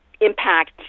impact